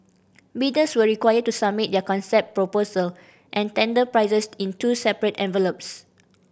bidders were required to submit their concept proposal and tender prices in two separate envelopes